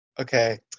Okay